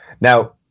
now